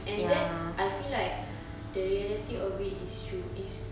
and that's I feel like the reality of it is true is